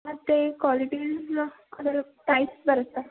ಮತ್ತೆ ಕ್ವಾಲಿಟಿ ಎಲ್ಲ ಅದರ ಟೈಪ್ಸ್ ಬರುತ್ತಾ